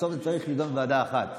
בסוף זה יצטרך להידון בוועדה אחת.